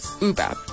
uber